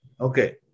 Okay